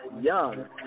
young